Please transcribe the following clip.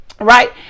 right